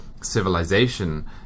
civilization